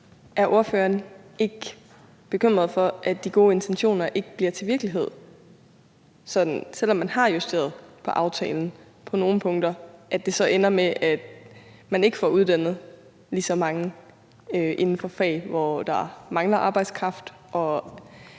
er ordføreren ikke bekymret for, at de gode intentioner ikke bliver til virkelighed, så det, selv om man på nogle punkter har justeret på aftalen, ender med, at man ikke får uddannet lige så mange inden for nogle fag, hvor der mangler arbejdskraft, og